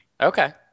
Okay